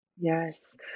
Yes